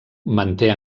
manté